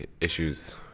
issues